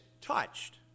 touched